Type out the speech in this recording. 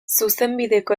zuzenbideko